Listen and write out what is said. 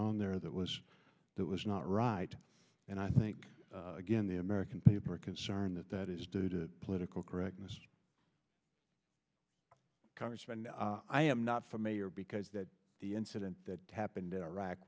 on there that was that was not right and i think again the american people are concerned that that is due to political correctness congressman i am not familiar because the incident that happened in iraq